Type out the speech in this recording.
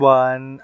one